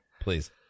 Please